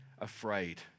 afraid